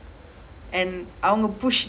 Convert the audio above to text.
oh ya ஆமா ஆமா:aamaa aamaa because